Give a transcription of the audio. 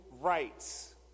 rights